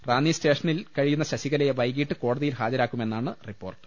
റാന്നി സ്റ്റേഷ നിൽ കഴിയുന്ന ശശികലയെ വൈകീട്ട് കോടതിയിൽ ഹാജരാക്കുമെന്നാണ് റിപ്പോർട്ട്